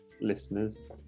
listeners